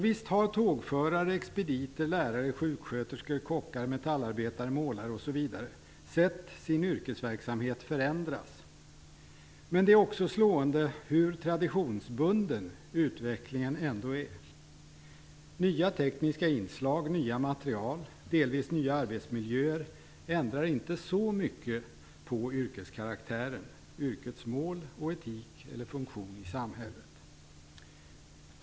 Visst har tågförare, expediter, lärare, sjuksköterskor, kockar, metallarbetare, målare osv. sett sin yrkesverksamhet förändras. Men det är också slående hur traditionsbunden utvecklingen ändå är. Nya tekniska inslag, nya material, delvis nya arbetsmiljöer ändrar inte så mycket på yrkeskaraktären, yrkets mål och etik eller funktion i samhället.